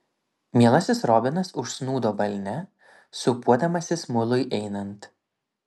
mielasis robinas užsnūdo balne sūpuodamasis mului einant